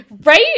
Right